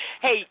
Hey